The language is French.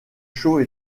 chaud